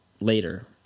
later